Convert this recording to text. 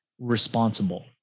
responsible